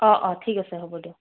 অঁ অঁ ঠিক আছে হ'ব দিয়ক